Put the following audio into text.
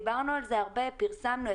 דיברנו על זה הרבה ופרסמנו את זה.